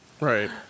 Right